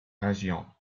région